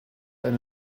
eine